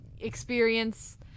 experience